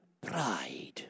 pride